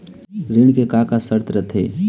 ऋण के का का शर्त रथे?